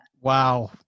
Wow